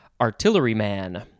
Artilleryman